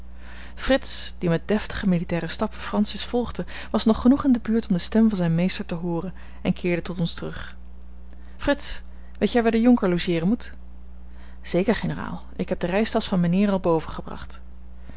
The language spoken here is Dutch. frits die met deftigen militairen stap francis volgde was nog genoeg in de buurt om de stem van zijn meester te hooren en keerde tot ons terug frits weet jij waar de jonker logeeren moet zeker generaal ik heb de reistasch van mijnheer al boven gebracht